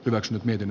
brax miten